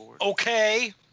Okay